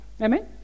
Amen